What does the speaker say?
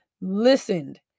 listened